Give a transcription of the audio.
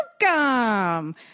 welcome